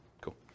Cool